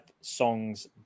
songs